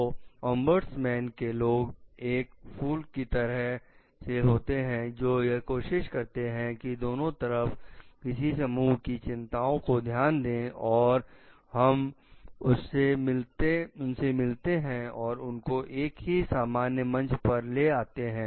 तो "ओंबड्समैन" के लोग एक फूल की तरह से होते हैं जो यह कोशिश करते हैं कि दोनों तरफ किए समूहों की चिंताओं को ध्यान दें और हम उनसे मिलते हैं और उनको एक ही सामान्य मंच पर ले आते हैं